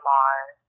Mars